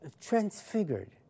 transfigured